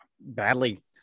badly